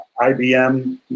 IBM